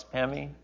Pammy